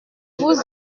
vous